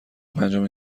پنجمین